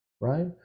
right